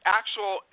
actual